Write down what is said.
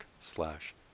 slash